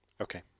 Okay